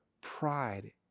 Pride